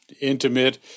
intimate